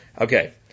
Okay